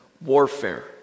warfare